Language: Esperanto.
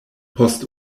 post